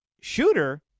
shooter